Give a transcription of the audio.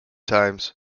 times